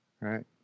right